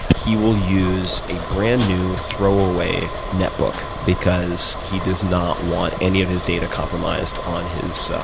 he will use a brand-new, throwaway net book because he does not want any of his data compromised on his